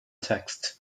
text